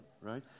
right